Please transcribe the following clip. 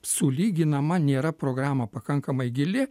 sulyginama nėra programa pakankamai gili